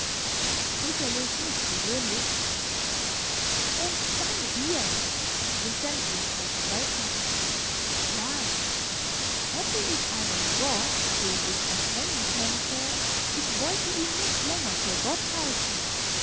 sicherlich nicht gewöhnlich und dann hier vincentius blättert weiter ja hätte ich einen gott den ich erkennen könnte ich wollte ihn nicht länger für gott halten